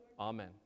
Amen